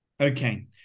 okay